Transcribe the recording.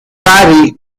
vari